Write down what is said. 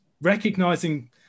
recognizing